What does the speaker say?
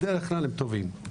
בדרך כלל הם טובים.